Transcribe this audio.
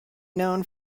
known